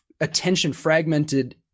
attention-fragmented